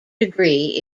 degree